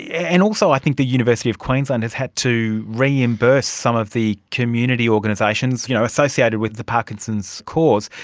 yeah and also i think the university of queensland has had to reimburse some of the community organisations you know associated with the parkinson's cause,